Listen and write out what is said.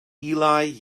eli